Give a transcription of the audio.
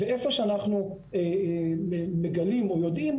ואיפה שאנחנו מגלים או יודעים,